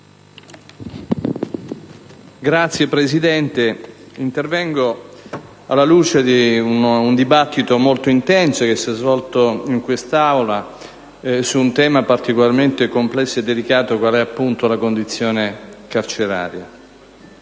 Signor Presidente, intervengo alla luce di un dibattito molto intenso che si è svolto in quest'Aula su un tema particolarmente complesso e delicato, qual è - appunto - la condizione carceraria.